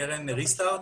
היא נקראת קרן ריסטרט,